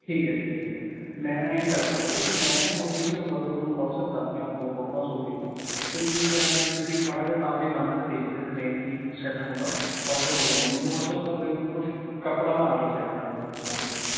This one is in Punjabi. ਠੀਕ ਹੈ ਠੀਕ ਹੈ ਠੀਕ ਹੈ ਮੈਂ ਨਾ ਐਂਹੀ ਕਰਦਾ ਪਤਾ ਕੀ ਮੈਂ ਨਾ ਹੁਣ ਇਸ ਨੰਬਰ 'ਤੇ ਤੁਹਾਨੂੰ ਵਟਸਐਪ ਕਰ ਰਿਹਾ ਆਪਣੀਆਂ ਫੋਟੋਆਂ ਸੋਫੇ ਦੀਆਂ ਅਤੇ ਕੀ ਕਰਾਂਗੇ ਤੁਸੀਂ ਮਾੜਾ ਜਿਹਾ ਆਪਦੇ ਮਨ 'ਚ ਵੇਖ ਲਿਓ ਡਿਜ਼ਾਇਨ ਕੀ ਸੈੱਟ ਹੁੰਦਾ ਸੋਟ ਅੋਫ ਡਿਜ਼ਾਇਨ ਮੈਨੂੰ ਵਟਸਐਪ ਕਰ ਦਿਓ ਅਤੇ ਕੁਛ ਕੱਪੜਾ ਮੈਂ ਆ ਕੇ ਸਿਲੈਕਟ ਕਰ ਲੂ ਤੁਹਾਡੀ ਦੁਕਾਨ 'ਤੇ